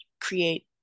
create